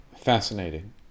Fascinating